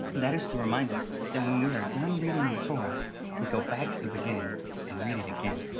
that is to remind us that when we are done reading the torah we go back to the beginning and read it again.